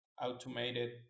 automated